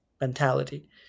mentality